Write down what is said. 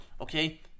Okay